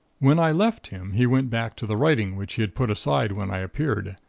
when i left him, he went back to the writing which he had put aside when i appeared.